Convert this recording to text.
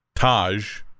Taj